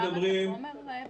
אפשר את החומר בבקשה?